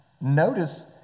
notice